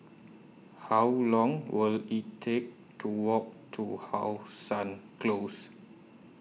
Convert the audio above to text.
How Long Will IT Take to Walk to How Sun Close